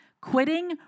Quitting